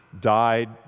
died